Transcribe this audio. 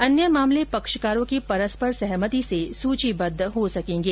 अन्य मामले पक्षेकारों की परस्पर सहमति से सूचीबद्ध हो सकेंगे